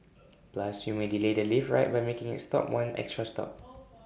plus you may delay the lift ride by making IT stop one extra stop